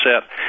set